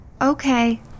Okay